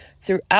throughout